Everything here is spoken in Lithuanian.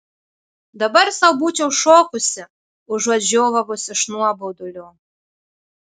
dabar sau būčiau šokusi užuot žiovavus iš nuobodulio